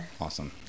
Awesome